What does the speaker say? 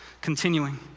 Continuing